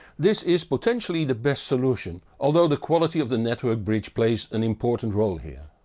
this is potentially the best solution, although the quality of the network bridge plays an important role here.